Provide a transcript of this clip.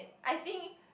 I think